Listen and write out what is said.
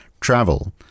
travel